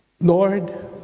lord